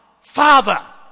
Father